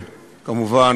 כמובן,